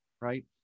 right